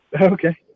Okay